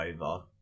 over